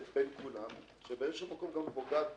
בין כולם שבאיזשהו מקום גם פוגעת באשראי.